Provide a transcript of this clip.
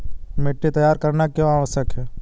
मिट्टी तैयार करना क्यों आवश्यक है?